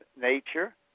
nature